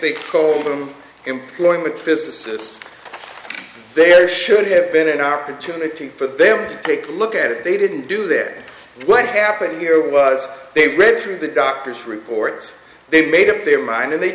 they call them employment physicists there should have been an opportunity for them to take a look at it they didn't do that what happened here was they read through the doctor's report they made up their mind and they